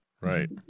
Right